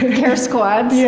care squads, yeah